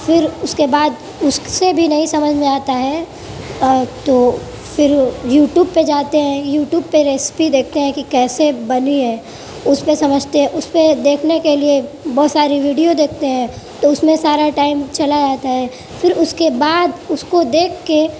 پھر اس کے بعد اس سے بھی نہیں سمجھ میں آتا ہے تو پھر یو ٹیوب پہ جاتے ہیں یو ٹیوب پہ ریسپی دیکھتے ہیں کہ کیسے بنی ہے اس پہ سمجھتے ہیں اس پہ دیکھنے کے لیے بہت ساری ویڈیو دیکھتے ہیں تو اس میں سارا ٹائم چلا جاتا ہے پھر اس کے بعد اس کو دیکھ کے